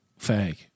fag